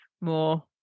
more